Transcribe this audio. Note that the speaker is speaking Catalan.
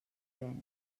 ven